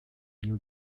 new